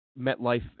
MetLife